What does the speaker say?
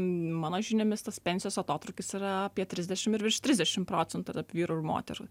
mano žiniomis tos pensijos atotrūkis yra apie trisdešimt ir virš trisdešimt procentų tarp vyrų ir moterų